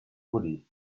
woody